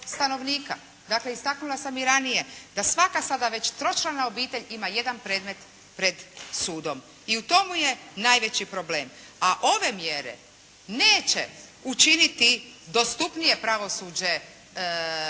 stanovnika. Dakle, istaknula sam i ranije da svaka sada već tročlana obitelj ima jedan predmet pred sudom. I u tome je najveći problem. A ove mjere neće učiniti dostupnije pravosuđe